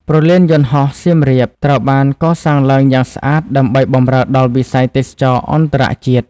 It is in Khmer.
ព្រលានយន្តហោះសៀមរាបត្រូវបានកសាងឡើងយ៉ាងស្អាតដើម្បីបម្រើដល់វិស័យទេសចរណ៍អន្តរជាតិ។